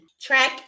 track